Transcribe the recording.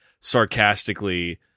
sarcastically